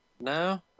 No